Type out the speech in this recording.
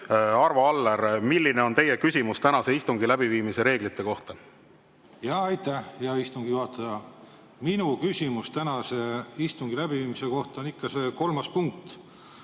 Arvo Aller, milline on teie küsimus tänase istungi läbiviimise reeglite kohta? Aitäh, hea istungi juhataja! Minu küsimus tänase istungi läbiviimise kohta puudutab ikka seda kolmandat punkti.